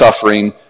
suffering